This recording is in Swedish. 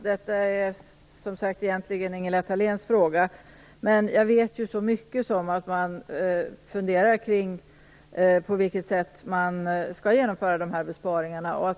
Fru talman! Detta är egentligen Ingela Thaléns fråga, men jag vet så mycket som att man funderar på vilket sätt man skall genomföra dessa besparingar.